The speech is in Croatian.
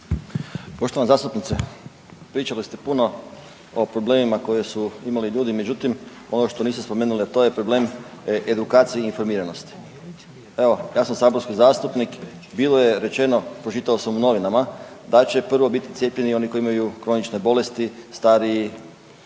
Poštovana zastupnice pričali ste puno o problemima koje su imali ljudi, međutim ono što niste spomenuli a to je problem edukacije i informiranosti. Evo ja sam saborski zastupnik, bilo je rečeno pročitao sam u novinama da će prvo biti cijepljeni oni koji imaju kronične bolesti, stariji